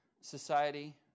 society